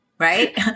Right